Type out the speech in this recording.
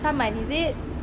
saman is it